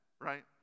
Right